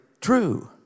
true